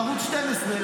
ערוץ 12,